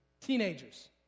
teenagers